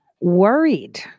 worried